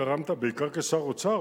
תרמת בעיקר כשר האוצר,